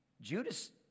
Judas